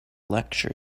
lecture